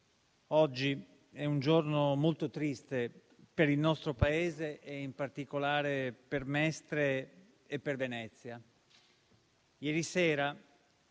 oggi è un giorno molto triste per il nostro Paese, in particolare per Mestre e per Venezia. Ieri sera,